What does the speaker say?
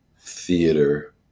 theater